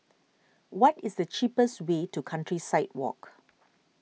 what is the cheapest way to Countryside Walk